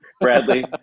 Bradley